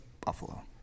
Buffalo